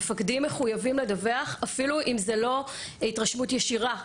מפקדים מחויבים לדווח אפילו אם זה לא התרשמות ישירה,